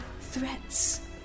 threats